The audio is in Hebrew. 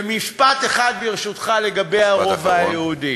משפט אחד, ברשותך, על הרובע היהודי.